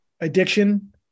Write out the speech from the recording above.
Addiction